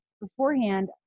beforehand